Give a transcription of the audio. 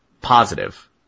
positive